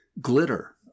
glitter